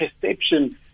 perception